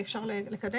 כאן יש לנו, כפי